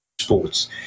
sports